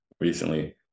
recently